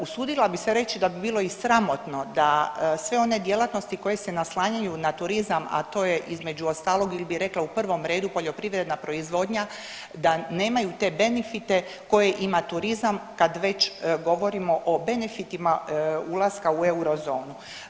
Usudila bi se reći da bi bilo i sramotno da sve one djelatnosti koje se naslanjaju na turizam, a to je između ostalog il bi rekla u prvom redu poljoprivredna proizvodnja da nemaju te benefite koje ima turizam kada već govorimo o benefitima ulaska u eurozonu.